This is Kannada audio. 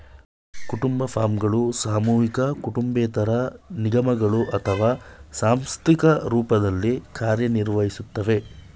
ಕುಟುಂಬ ಫಾರ್ಮ್ಗಳು ಸಾಮೂಹಿಕ ಕುಟುಂಬೇತರ ನಿಗಮಗಳು ಅಥವಾ ಸಾಂಸ್ಥಿಕ ರೂಪದಲ್ಲಿ ಕಾರ್ಯನಿರ್ವಹಿಸ್ತವೆ